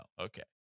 Okay